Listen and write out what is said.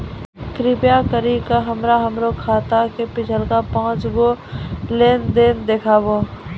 कृपा करि के हमरा हमरो खाता के पिछलका पांच गो लेन देन देखाबो